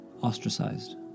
ostracized